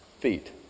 feet